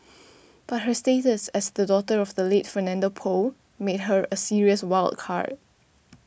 but her status as the daughter of the late Fernando Poe makes her a serious wild card